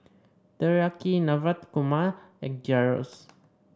Teriyaki Navratan Korma and Gyros